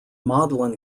magdalen